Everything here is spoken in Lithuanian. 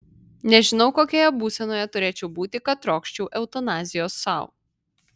nežinau kokioje būsenoje turėčiau būti kad trokščiau eutanazijos sau